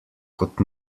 kot